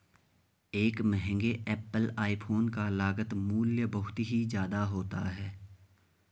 एक महंगे Apple iPhone का लागत मूल्य बहुत ही ज्यादा होता है